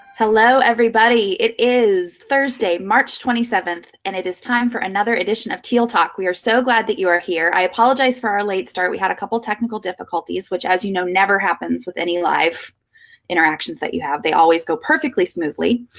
hello, everybody. it is thursday, march twenty seven, and it is time for another edition of teal talk. we are so glad that you are here. i apologize for our late start, we had a couple of technical difficulties, which, as you know, never happens with any live interactions that you have. they always go perfectly smoothly.